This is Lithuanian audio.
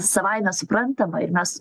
savaime suprantama ir mes